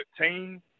team